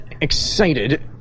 excited